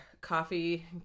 coffee